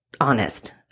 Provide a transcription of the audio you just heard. honest